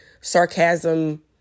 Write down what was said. Sarcasm